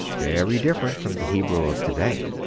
very different from the hebrew of to-day.